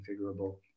configurable